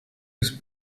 was